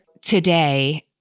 Today